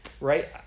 Right